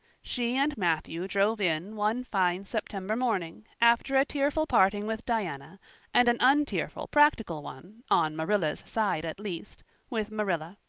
she and matthew drove in one fine september morning, after a tearful parting with diana and an untearful practical one on marilla's side at least with marilla.